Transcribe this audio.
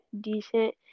decent